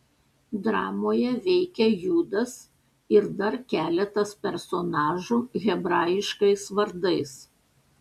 dramoje veikia judas ir dar keletas personažų hebraiškais vardais